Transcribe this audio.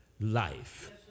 life